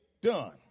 done